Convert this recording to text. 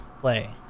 play